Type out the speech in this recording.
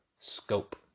Scope